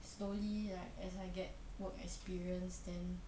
slowly like as I get work experience then